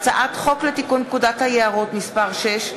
הצעת חוק לתיקון פקודת היערות (מס' 6),